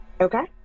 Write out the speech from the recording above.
Okay